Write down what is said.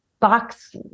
box